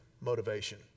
motivation